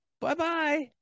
Bye-bye